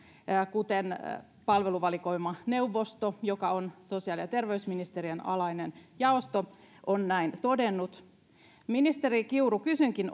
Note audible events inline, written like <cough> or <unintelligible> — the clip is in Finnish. kuten palveluvalikoimaneuvosto joka on sosiaali ja terveysministeriön alainen jaosto on todennut ministeri kiuru kysynkin <unintelligible>